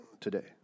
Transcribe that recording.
today